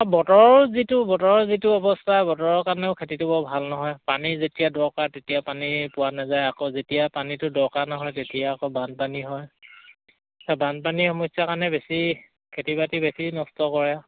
বতৰৰ যিটো বতৰৰ যিটো অৱস্থা বতৰৰ কাৰণেও খেতিটো বৰ ভাল নহয় পানী যেতিয়া দৰকাৰ তেতিয়া পানী পোৱা নাযায় আকৌ যেতিয়া পানীটো দৰকাৰ নহয় তেতিয়া আকৌ বানপানী হয় বানপানীৰ সমস্যাৰ কাৰণে বেছি খেতি বাতি বেছি নষ্ট কৰে